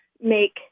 make